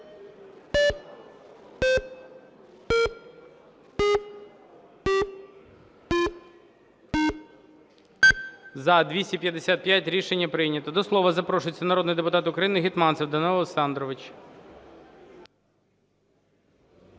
За-252 Рішення прийнято. До слова запрошується народний депутат України Гетманцев Данило Олександрович.